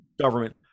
government